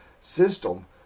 system